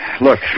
Look